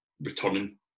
returning